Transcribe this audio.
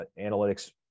analytics